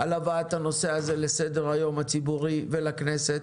על הבאת הנושא הזה לסדר היום הציבורי ולכנסת.